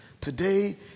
Today